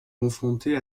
confrontés